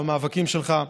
במאבקים שלך,